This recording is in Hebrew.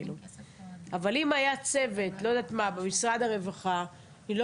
אבל אם רק היה צוות במשרד הרווחה שעושה